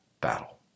battle